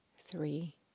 three